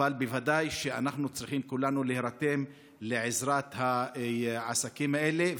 בוודאי שאנחנו צריכים כולנו להירתם לעזרת העסקים האלה,